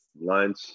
lunch